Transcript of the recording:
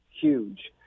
huge